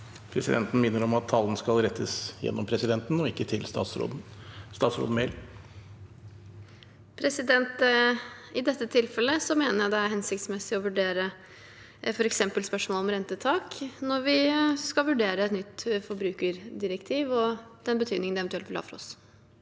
Presidenten vil minne om at all tale skal rettes gjennom presidenten og ikke til statsråden. Statsråd Emilie Mehl I dette tilfellet me- ner jeg det er hensiktsmessig å vurdere f.eks. spørsmålet om rentetak når vi skal vurdere et nytt forbrukerdirektiv og betydningen det eventuelt vil ha for oss.